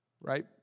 Right